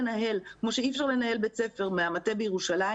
כמו שאי אפשר לנהל בית ספר מהמטה בירושלים,